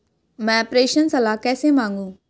मैं प्रेषण सलाह कैसे मांगूं?